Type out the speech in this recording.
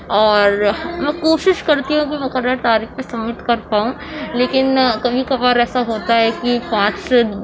اور میں کوشش کرتی ہوں کہ مقرر تاریخ پر سمٹ کر پاؤں لیکن کبھی کبھار ایسا ہوتا ہے کہ پانچ